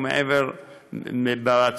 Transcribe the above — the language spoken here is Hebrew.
ומעבר לזה,